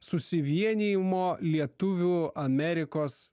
susivienijimo lietuvių amerikos